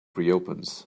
reopens